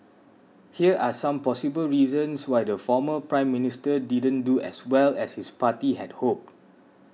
here are some possible reasons why the former Prime Minister didn't do as well as his party had hoped